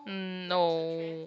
no